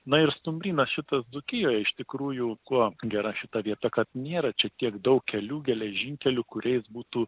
na ir stumbrynas šitas dzūkijoj iš tikrųjų kuo gera šita vieta kad nėra čia tiek daug kelių geležinkelių kuriais būtų